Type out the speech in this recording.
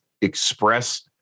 express